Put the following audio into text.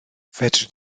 fedri